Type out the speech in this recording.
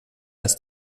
als